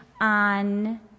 on